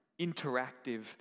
interactive